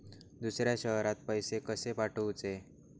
दुसऱ्या शहरात पैसे कसे पाठवूचे?